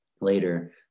later